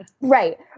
Right